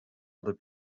other